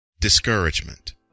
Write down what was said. Discouragement